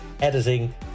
editing